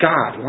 God